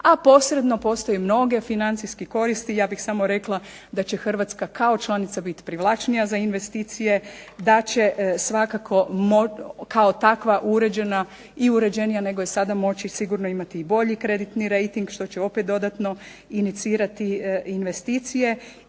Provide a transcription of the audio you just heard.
a posredno postoje mnoge financijske koristi. Ja bih samo rekla da će Hrvatska kao članica biti privlačnija za investicije, da će svakako kao takva uređena i uređenija nego je sada moći sigurno imati i bolji kreditni rejting. Što će opet dodatno inicirati investicije